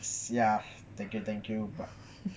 sia thank you thank you but